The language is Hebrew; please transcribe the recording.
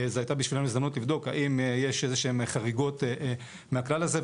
זו הייתה בשבילנו הזדמנות לבדוק האם יש איזשהן חריגות מהכלל הזה,